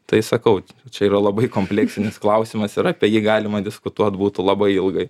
tai sakau čia yra labai kompleksinis klausimas ir apie jį galima diskutuot būtų labai ilgai